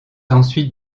ensuite